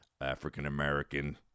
African-American